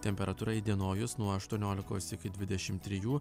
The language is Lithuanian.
temperatūra įdienojus nuo aštuoniolikos iki dvidešim trijų